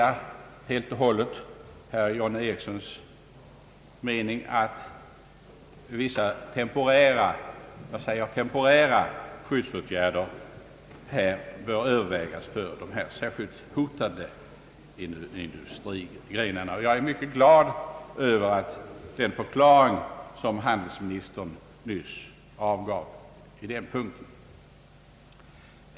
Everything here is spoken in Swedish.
Jag instämmer helt i herr John Ericssons mening att vissa temporära skyddsåtgärder bör övervägas för dessa särskilt hotade industrigrenar, och jag är mycket glad över den förklaring som handelsministern nyss avgav i det stycket.